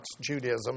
Judaism